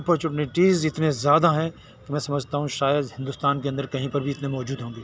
opportunities اتنے زیادہ ہیں کہ میں سمجھتا ہوں شاید ہندوستان کے اندر کہیں پر بھی اتنے موجود ہوں گے